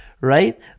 right